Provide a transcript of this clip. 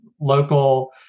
local